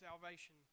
salvation